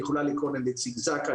היא יכולה לקרוא לנציג זק"א,